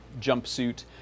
jumpsuit